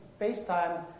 FaceTime